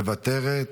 מוותרת,